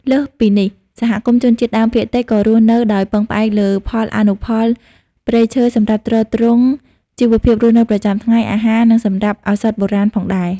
លើសពីនេះ សហគមន៍ជនជាតិដើមភាគតិចក៏រស់នៅដោយពឹងផ្អែកលើផលអនុផលព្រៃឈើសម្រាប់ទ្រទ្រង់ជីវភាពរស់នៅប្រចាំថ្ងៃ អាហារ និងសម្រាប់ឱសថបុរាណផងដែរ។